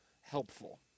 helpful